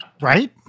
Right